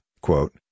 quote